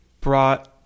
brought –